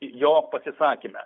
jo pasisakyme